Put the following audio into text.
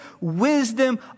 wisdom